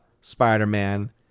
Spider-Man